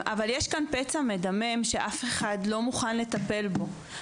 אבל יש כאן פצע מדמם שאף אחד לא מטפל בו.